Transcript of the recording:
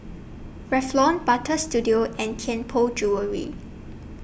Revlon Butter Studio and Tianpo Jewellery